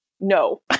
no